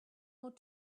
ought